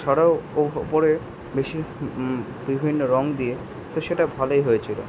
সরাও ওপরে বেশি বিভিন্ন রং দিয়ে তো সেটা ভালোই হয়েছিলো